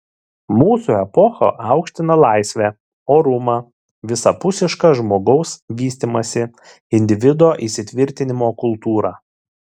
mūsų epocha aukština laisvę orumą visapusišką žmogaus vystymąsi individo įsitvirtinimo kultūrą